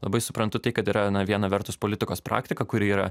labai suprantu tai kad yra na viena vertus politikos praktika kuri yra